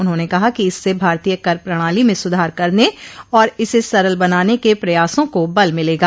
उन्होंने कहा कि इससे भारतीय कर प्रणाली में सुधार करने और इसे सरल बनाने के प्रयासों को बल मिलेगा